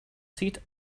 seat